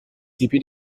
tipi